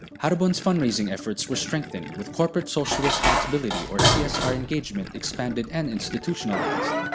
haribon's fundraising efforts were strengthened, with corporate social responsibility or csr engagement expanded and institutionalized.